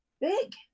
big